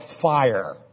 fire